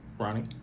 Ronnie